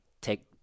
take